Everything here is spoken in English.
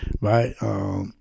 right